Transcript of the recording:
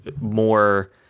more